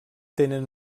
tenen